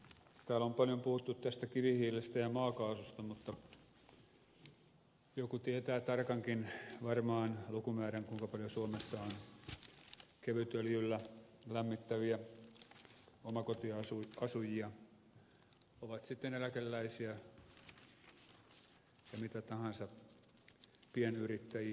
täällä on paljon puhuttu tästä kivihiilestä ja maakaasusta mutta joku tietää varmaan tarkankin lukumäärän kuinka paljon suomessa on kevytöljyllä lämmittäviä omakotiasujia ovat sitten eläkeläisiä ja mitä tahansa pienyrittäjiä